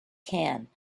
can